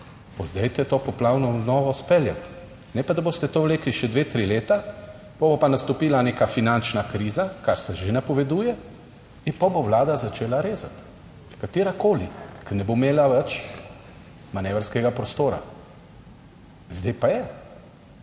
dajte to poplavno obnovo speljati, ne pa da boste to vlekli še dve, tri leta. Potem bo pa nastopila neka finančna kriza, kar se že napoveduje. In pol bo Vlada začela rezati, katerakoli, ki ne bo imela več manevrskega prostora. Zdaj pa je.